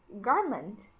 garment